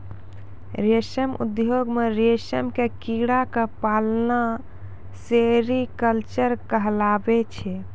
रेशम उद्योग मॅ रेशम के कीड़ा क पालना सेरीकल्चर कहलाबै छै